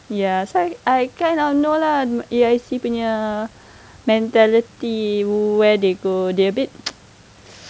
ya so I kind of know lah A_I_C punya mentality where they go they a bit